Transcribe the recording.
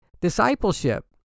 Discipleship